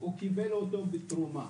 הוא קיבל אותו בתרומה,